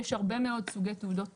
יש הרבה מאוד סוגי תעודות